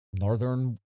northern